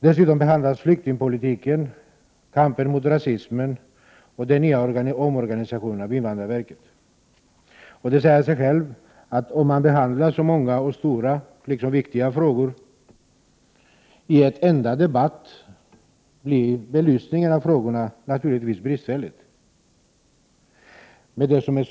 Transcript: Dessutom tas flyktingpolitiken, kampen mot rasismen och den nya omorganisationen av invandrarverket upp. Det säger sig självt att om så många stora och viktiga frågor behandlas i en enda debatt blir belysningen av frågorna naturligtvis bristfällig. Med tanke på Prot.